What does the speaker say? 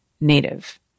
native